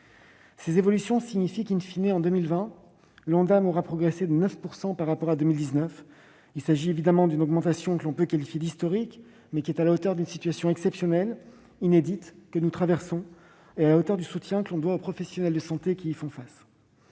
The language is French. Ces évolutions signifient que, e, en 2020, l'Ondam aura progressé de 9 % par rapport à 2019. Il s'agit évidemment d'une augmentation historique, mais elle est à la hauteur de la situation exceptionnelle et inédite que nous traversons, et du soutien que l'on doit aux professionnels de santé qui y font face.